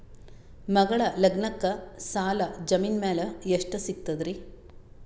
ಮಗಳ ಲಗ್ನಕ್ಕ ಸಾಲ ಜಮೀನ ಮ್ಯಾಲ ಎಷ್ಟ ಸಿಗ್ತದ್ರಿ?